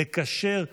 לקשר.